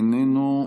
איננו.